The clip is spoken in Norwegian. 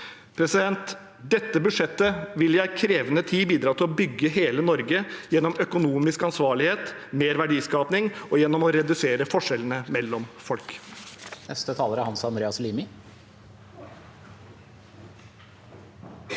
det mest. Dette budsjettet vil i en krevende tid bidra til å bygge hele Norge gjennom økonomisk ansvarlighet, gjennom mer verdiskaping og gjennom å redusere forskjellene mellom folk.